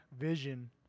vision